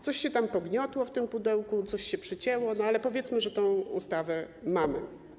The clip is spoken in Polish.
Coś się tam pogniotło w tym pudełku, coś się przycięło, ale powiedzmy, że tę ustawę mamy.